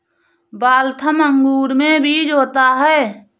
Waltham अंगूर में बीज होता है